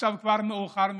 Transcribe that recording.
עכשיו כבר מאוחר מדי.